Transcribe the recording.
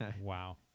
Wow